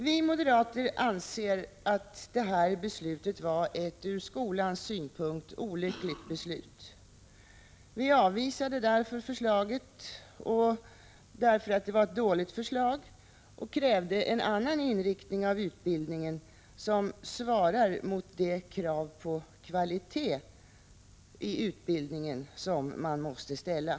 Vi moderater anser att detta beslut var ett från skolans synpunkt olyckligt beslut. Vi avvisade förslaget därför att det var ett dåligt förslag och krävde en annan inriktning av utbildningen, som svarar mot de krav på kvalitet i utbildningen som man måste ställa.